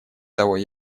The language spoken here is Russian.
того